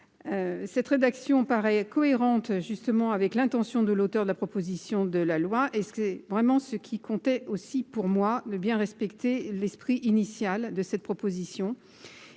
cette rédaction paraît cohérente justement avec l'intention de l'auteur de la proposition de la loi et c'est vraiment ce qui comptait aussi, pour moi le bien respecter l'esprit initial de cette proposition